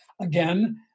Again